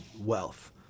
wealth